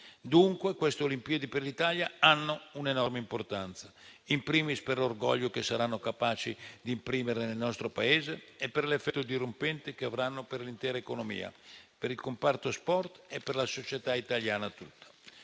Dunque queste Olimpiadi per l'Italia hanno un'enorme importanza, *in primis* per l'orgoglio che saranno capaci di imprimere nel nostro Paese e per l'effetto dirompente che avranno per l'intera economia, per il comparto sport e per la società italiana tutta.